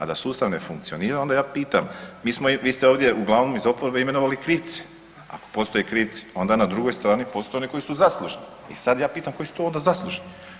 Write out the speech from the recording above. A da sustav ne funkcionira onda ja pita, vi ste ovdje uglavnom iz oporbe imenovali krivce, ako postoje krivci onda na drugoj strani postoje oni koji su zaslužni i sad ja pitam koji su to onda zaslužni.